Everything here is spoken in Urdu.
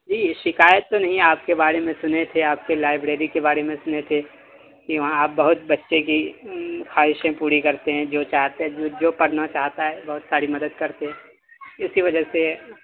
جی شکایت تو نہیں آپ کے بارے میں سنے تھے آپ کے لائبریری کے بارے میں سنے تھے کہ وہاں آپ بہت بچے کی خواہشیں پوری کرتے ہیں جو چاہتے ہیں جو پڑھنا چاہتا ہے بہت ساری مدد کرتے ہیں اسی وجہ سے